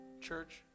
church